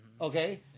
Okay